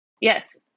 Yes